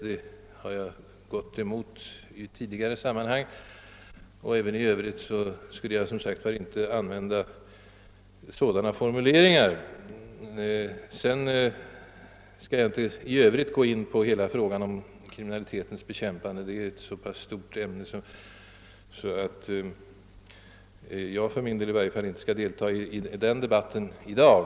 Denna behandlingsform har jag redan i tidigare sammanhang gått emot. Inte heller i övrigt skulle jag, som sagt, använda sådana formuleringar som förekommit under denna debatt. Men jag skall som sagt inte gå in på hela frågan om kriminalitetens bekämpande. Det är ett så pass stort ämne, att jag i varje fall inte i dag skall delta i debatten härom.